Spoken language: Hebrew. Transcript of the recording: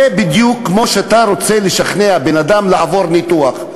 זה בדיוק כמו שאתה רוצה לשכנע בן-אדם לעבור ניתוח,